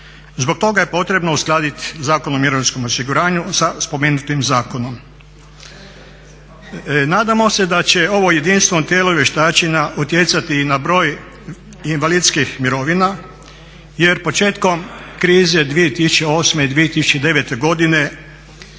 Zbog toga je potrebno uskladiti Zakon o mirovinskom osiguranju sa spomenutim zakonom. Nadamo se da će ovo jedinstveno tijelo vještačenja utjecati i na broj invalidskih mirovina jer početkom krize 2008. i 2009. godine